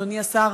אדוני השר,